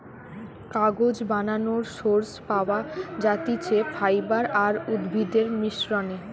কাগজ বানানোর সোর্স পাওয়া যাতিছে ফাইবার আর উদ্ভিদের মিশ্রনে